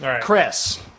Chris